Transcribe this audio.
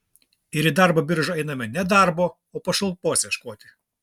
ir į darbo biržą einama ne darbo o pašalpos ieškoti